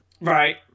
Right